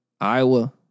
Iowa